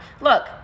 Look